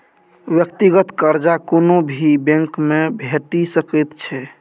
व्यक्तिगत कर्जा कोनो भी बैंकमे भेटि सकैत छै